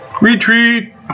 retreat